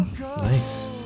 Nice